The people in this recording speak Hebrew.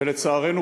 ולצערנו,